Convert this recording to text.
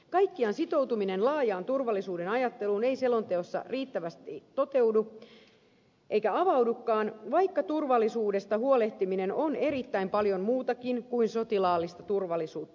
kaikkiaan sitoutuminen laajan turvallisuuden ajatteluun ei selonteossa riittävästi toteudu eikä avaudukaan vaikka turvallisuudesta huolehtiminen on erittäin paljon muutakin kuin sotilaallista turvallisuutta